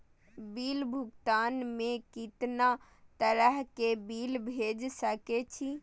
Bill भुगतान में कितना तरह के बिल भेज सके छी?